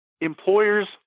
Employers